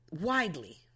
Widely